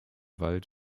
wald